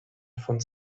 von